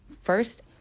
First